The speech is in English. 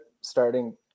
starting –